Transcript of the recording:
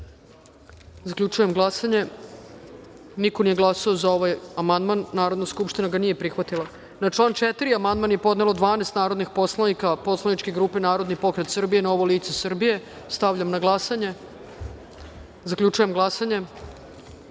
glasanje. Zaključujem glasanje: niko nije glasao za ovaj amandman. Narodna skupština ga nije prihvatila. Na član 4. amandman je podnelo 12. narodnih poslanika poslaničke grupe Narodni pokret Srbije – Novo lice Srbije. Stavljam na glasanje. Zaključujem glasanje: